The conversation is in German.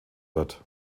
wird